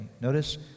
Notice